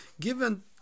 given